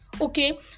okay